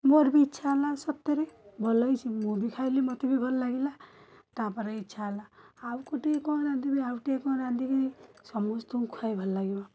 ମୋର ବି ଇଚ୍ଛା ହେଲା ସତରେ ଭଲ ହେଇଛି ମୁଁ ବି ଖାଇଲି ମୋତେ ବି ଭଲ ଲାଗିଲା ତାପରେ ଇଚ୍ଛା ହେଲା ଆଉ ଗୋଟିଏ କ'ଣ ରାନ୍ଧିବି ଆଉ ଗୋଟିଏ କ'ଣ ରାନ୍ଧିବି ସମସ୍ତଙ୍କୁ ଖୁଆଇବାକୁ ଭଲ ଲାଗିବ